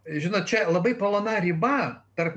žinot čia labai plona riba tarp